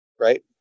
right